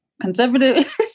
conservative